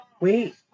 Wait